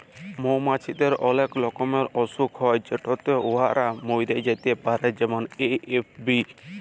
মমাছিদের অলেক রকমের অসুখ হ্যয় যেটতে উয়ারা ম্যইরে যাতে পারে যেমল এ.এফ.বি